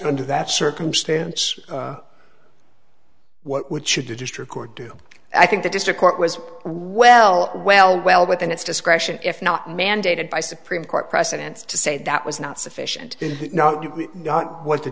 under that circumstance what would should the district court do i think the district court was well well well within its discretion if not mandated by supreme court precedents to say that was not sufficient what the